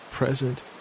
present